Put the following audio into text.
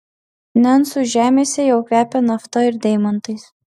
nencų žemėse jau kvepia nafta ir deimantais